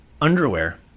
underwear